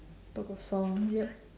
book or song yup